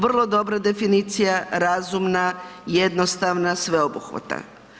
Vrlo dobra definicija, razumna, jednostavna, sveobuhvatna.